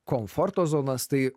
komforto zonas tai